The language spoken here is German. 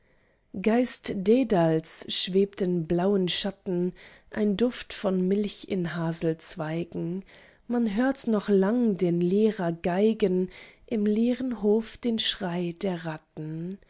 geist dädals schwebt in blauen schatten ein duft von milch in haselzweigen man hört noch lang den lehrer geigen im leeren hof den schrei der ratten